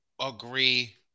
agree